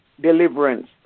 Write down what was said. deliverance